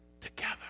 Together